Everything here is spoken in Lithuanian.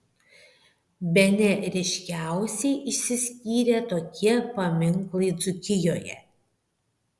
bene ryškiausiai išsiskyrė tokie paminklai dzūkijoje